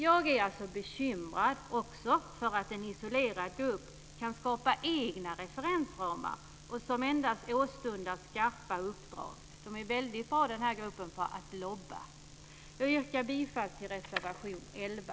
Jag är alltså bekymrad också för att en isolerad grupp kan skapa egna referensramar och endast åstundar skarpa uppdrag. Den här gruppen är väldigt bra på att lobba. Jag yrkar bifall till reservation 11.